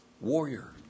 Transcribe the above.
warrior